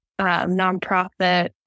nonprofit